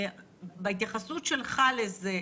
בהתייחסות שלך לזה,